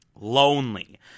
Lonely